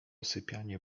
sypianie